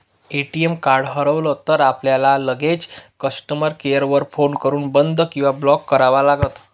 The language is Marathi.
ए.टी.एम कार्ड हरवलं तर, आपल्याला लगेचच कस्टमर केअर वर फोन करून बंद किंवा ब्लॉक करावं लागतं